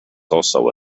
also